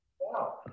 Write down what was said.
Wow